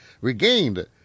regained